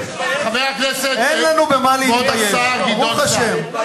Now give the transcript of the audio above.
אין לנו במה להתבייש, ברוך השם.